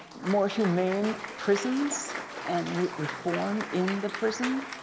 more humane prisons and reform in the prison.